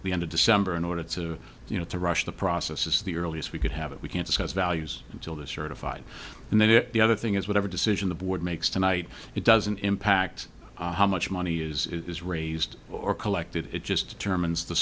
the end of december in order to you know to rush the process is the earliest we could have it we can't discuss values until they're certified and then the other thing is whatever decision the board makes tonight it doesn't impact how much money is raised or collected it just term and the